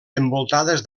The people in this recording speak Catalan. envoltades